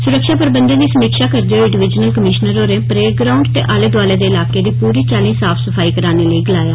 सुरक्षा प्रबंधे दी समीक्षा करदे होई डिवीजनल कमीश्नर होरें परेड़ ग्राऊंड ते आले दोआलै दे इलाकें दी पूरी चाल्ली साफ सफाई कराने लेई गलाया